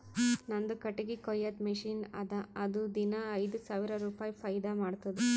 ನಂದು ಕಟ್ಟಗಿ ಕೊಯ್ಯದ್ ಮಷಿನ್ ಅದಾ ಅದು ದಿನಾ ಐಯ್ದ ಸಾವಿರ ರುಪಾಯಿ ಫೈದಾ ಮಾಡ್ತುದ್